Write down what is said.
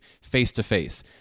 face-to-face